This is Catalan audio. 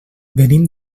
venim